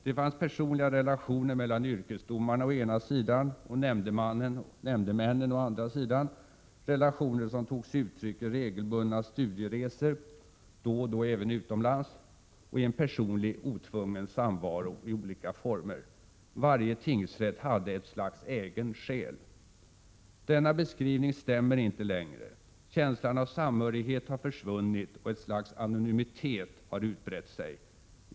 Det fanns personliga relationer mellan yrkesdomarna, å ena sidan, och nämndemännen, å andra sidan, relationer som tog sig uttryck i regelbundna studieresor, då och då även utomlands, och i personlig, otvungen samvaro i olika former. Varje tingsrätt hade ett slags egen själ. Denna beskrivning stämmer inte längre. Känslan av samhörighet har försvunnit och ett slags anonymitet har utbrett sig.